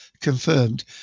confirmed